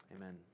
Amen